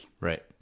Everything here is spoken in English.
right